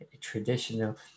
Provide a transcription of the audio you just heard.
traditional